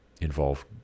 involve